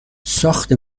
ساخت